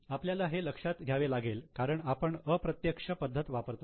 आपल्याला हे लक्षात घ्यावे लागेल कारण आपण अप्रत्यक्ष पद्धत वापरतो आहोत